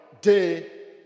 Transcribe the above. day